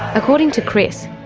according to chris,